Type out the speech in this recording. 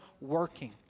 working